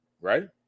right